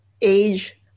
age